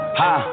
ha